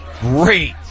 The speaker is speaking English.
Great